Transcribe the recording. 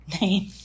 name